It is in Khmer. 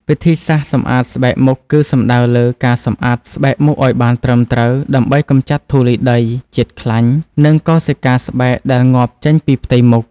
វិធីសាស្ត្រសម្អាតស្បែកមុខ គឺសំដៅលើការសម្អាតស្បែកមុខឱ្យបានត្រឹមត្រូវ ដើម្បីកម្ចាត់ធូលីដី ជាតិខ្លាញ់ និងកោសិកាស្បែកដែលងាប់ចេញពីផ្ទៃមុខ។